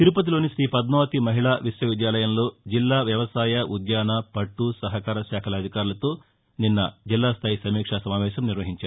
తిరుపతిలోని ఠీపద్మావతి మహిళా విశ్వవిద్యాలయంలో జిల్లా వ్యవసాయ ఉద్యాన పట్టు సహకార శాఖల అధికారులతో నిన్న జిల్లాస్టాయి సమీక్ష సమావేశం నిర్వహించారు